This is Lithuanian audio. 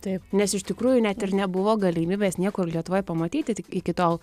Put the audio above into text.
taip nes iš tikrųjų net ir nebuvo galimybės niekur lietuvoj pamatyti tik iki tol